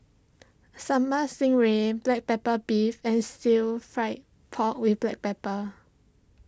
Sambal Stingray Black Pepper Beef and Stir Fry Pork with Black Pepper